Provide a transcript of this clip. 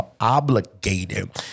obligated